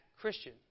Christian